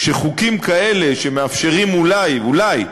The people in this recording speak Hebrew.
כשחוקים כאלה שמאפשרים, אולי, אולי,